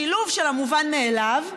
שילוב של המובן מאליו,